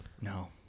no